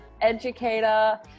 educator